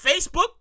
Facebook